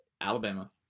Alabama